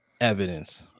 evidence